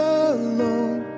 alone